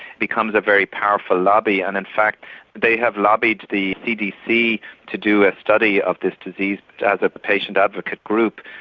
becomes a very powerful lobby and in fact they have lobbied the cdc to do a study of this disease as a patient advocate group.